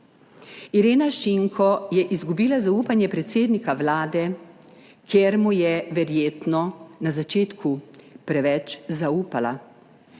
Irena Šinko je izgubila zaupanje predsednika Vlade, ker mu je verjetno na začetku preveč zaupala.